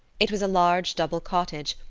it was a large, double cottage,